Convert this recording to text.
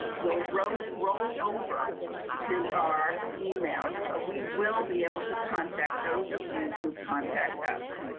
will roll roll over to our emails, so we will be able to contact those of you who contact us.